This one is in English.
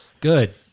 Good